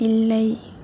இல்லை